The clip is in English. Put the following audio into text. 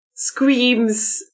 screams